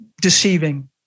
deceiving